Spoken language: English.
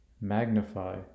Magnify